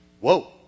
Whoa